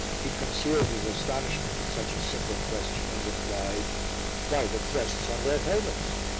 he concealed his astonishment at such a simple question and replied by the crests on their helmets.